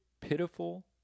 pitiful